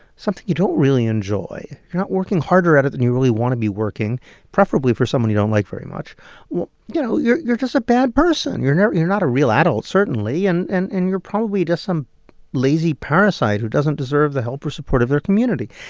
something you don't really enjoy, you're not working harder at it than you really want to be working preferably for someone you don't like very much you know, you're you're just a bad person. you're not a real adult, certainly, and and and you're probably just some lazy parasite who doesn't deserve the help or support of their community.